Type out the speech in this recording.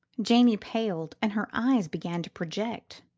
janey paled and her eyes began to project.